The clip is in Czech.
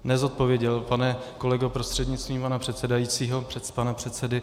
Nezodpověděl, pane kolego prostřednictvím pana předsedajícího, pana předsedy.